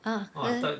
ah then